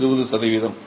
மாணவர் 20 சதவீதம்